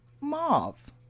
mauve